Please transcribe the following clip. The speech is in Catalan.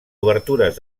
obertures